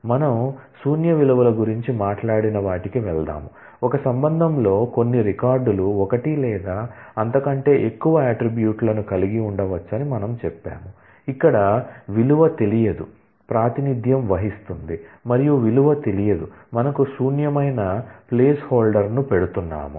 మనం శూన్య విలువల గురించి మాట్లాడిన వాటికి వెళ్దాం ఒక రిలేషన్లో కొన్ని రికార్డులు ఒకటి లేదా అంతకంటే ఎక్కువ అట్ట్రిబ్యూట్స్ లను కలిగి ఉండవచ్చని మనము చెప్పాము ఇక్కడ విలువ తెలియదు ప్రాతినిధ్యం వహిస్తుంది మరియు విలువ తెలియదు మనము శూన్యమైన ప్లేస్హోల్డర్ ను పెడుతున్నాము